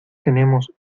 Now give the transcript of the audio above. tenemos